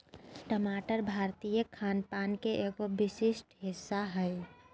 टमाटर भारतीय खान पान के एगो विशिष्ट हिस्सा हय